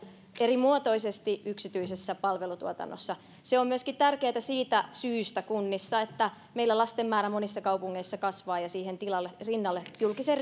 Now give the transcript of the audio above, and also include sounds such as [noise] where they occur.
erimuotoisesti yksityisen palvelutuotannon piirissä se on tärkeätä myöskin siitä syystä kunnissa että meillä lasten määrä monissa kaupungeissa kasvaa ja siihen julkisen [unintelligible]